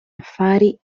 affari